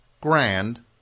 Grand